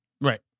Right